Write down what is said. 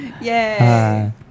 Yay